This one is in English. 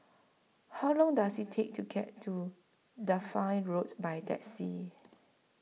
How Long Does IT Take to get to Dafne Roads By Taxi